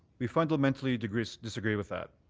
we fundamentally disagree disagree with that.